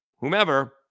Whomever